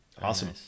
Awesome